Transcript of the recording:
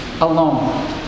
alone